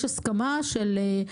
שאין